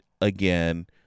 again